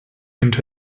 into